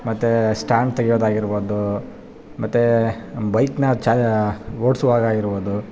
ಮತ್ತು ಸ್ಟ್ಯಾಂಡ್ ತೆಗಿಯೋದ್ ಆಗಿರ್ಬೊದು ಮತ್ತು ಬೈಕ್ನ ಚಲಾ ಓಡಿಸುವಾಗ ಆಗಿರ್ಬೌದು